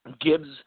Gibbs